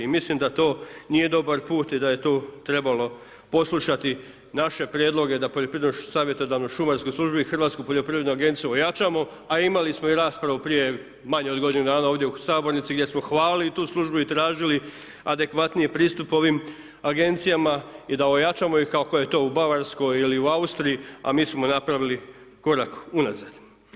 I mislim da to nije dobar put i da je tu trebalo poslušati naše prijedloge da poljoprivrednoj savjetodavnoj šumarskoj službi i Hrvatsku poljoprivrednu agenciju ojačamo, a imali smo i raspravu prije manje od godinu dana, ovdje u sabornici, gdje smo hvalili tu službu i tražili adekvatniji pristup ovim agencijama i da ojačamo ih kako je to u Bavarskoj ili u Austriji, a mi smo napravili korak unazad.